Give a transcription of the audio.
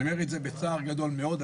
אני אומר את זה בצער גדול מאוד.